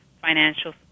financial